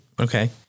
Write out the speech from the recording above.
Okay